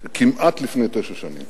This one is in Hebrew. כמעט לפני תשע שנים,